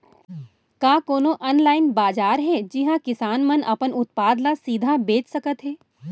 का कोनो अनलाइन बाजार हे जिहा किसान मन अपन उत्पाद ला सीधा बेच सकत हे?